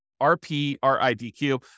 R-P-R-I-D-Q